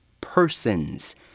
persons